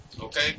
Okay